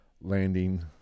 landing